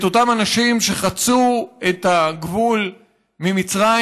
את אותם אנשים שחצו את הגבול ממצרים.